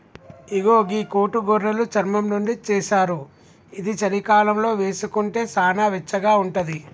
ఇగో గీ కోటు గొర్రెలు చర్మం నుండి చేశారు ఇది చలికాలంలో వేసుకుంటే సానా వెచ్చగా ఉంటది